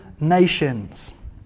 nations